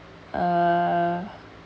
uh